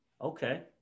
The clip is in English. Okay